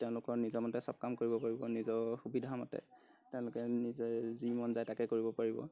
তেওঁলোকৰ নিজৰ মতে সব কাম কৰিব পাৰিব নিজৰ সুবিধামতে তেওঁলোকে নিজে যি মন যায় তাকে কৰিব পাৰিব